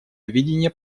видение